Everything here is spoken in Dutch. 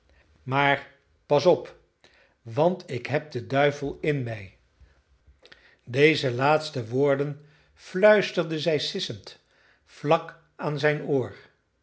maar pas op want ik heb den duivel in mij deze laatste woorden fluisterde zij sissend vlak aan zijn oor